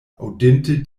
aŭdinte